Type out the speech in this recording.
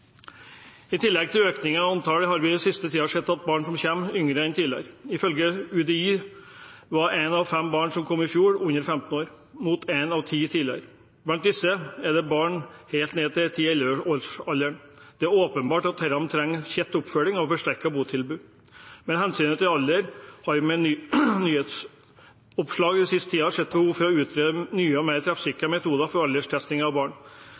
I tillegg til økning i antall har vi i den siste tiden sett at barna som kommer, er yngre enn tidligere. Ifølge UDI var ett av fem barn som kom i fjor, under 15 år, mot ett av ti tidligere. Blant disse er det barn helt ned i ti–elleveårsalderen. Det er åpenbart at disse trenger tett oppfølging og forsterket botilbud. Hva gjelder alder, har vi med nyhetsoppslag den siste tiden sett behov for å utrede nye og mer treffsikre metoder for alderstesting